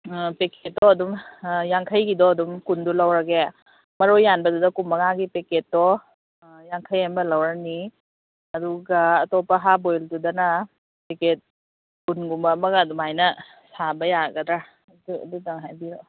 ꯄꯦꯛꯀꯦꯠꯇꯣ ꯑꯗꯨꯝ ꯌꯥꯡꯈꯩꯒꯤꯗꯣ ꯑꯗꯨꯝ ꯀꯨꯟꯗꯣ ꯂꯧꯔꯒꯦ ꯃꯔꯣꯏ ꯌꯥꯟꯕꯗꯨꯅ ꯀꯨꯟꯃꯉꯥꯒꯤ ꯄꯦꯛꯀꯦꯠꯇꯣ ꯌꯥꯡꯈꯩ ꯑꯃ ꯂꯧꯔꯅꯤ ꯑꯗꯨꯒ ꯑꯇꯣꯞꯄ ꯍꯥꯞ ꯕꯣꯏꯜꯗꯨꯗꯅ ꯄꯦꯛꯀꯦꯠ ꯀꯨꯟꯒꯨꯝꯕ ꯑꯃꯒ ꯑꯗꯨꯃꯥꯏꯅ ꯁꯥꯕ ꯌꯥꯒꯗ꯭ꯔꯥ ꯑꯗꯨ ꯑꯗꯨꯇꯪ ꯍꯥꯏꯕꯤꯔꯛꯑꯣ